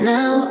Now